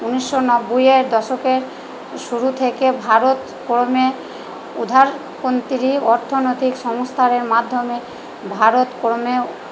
উনিশশো নব্বইয়ের দশকের শুরু থেকে ভারত ক্রমে উধারপন্থী অর্থনৈতিক সংস্থানের মাধ্যমে ভারত ক্রমে